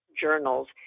journals